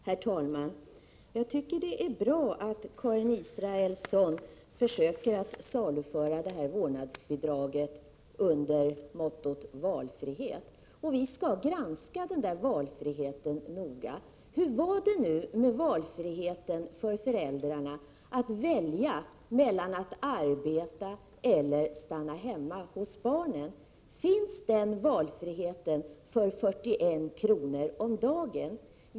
Herr talman! Jag tycker att det är bra att Karin Israelsson försöker saluföra detta vårdnadsbidrag under mottot valfrihet. Vi skall granska valfriheten noga. Hur var det nu med föräldrarnas valfrihet när det gäller att välja mellan att arbeta och att stanna hemma hos barnen? Finns den valfriheten för 41 kr. om dagen?